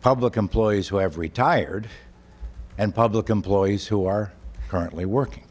public employees who have retired and public employees who are currently work